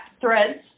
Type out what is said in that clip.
Threads